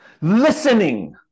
listening